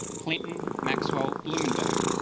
clinton maxwell bloomin burg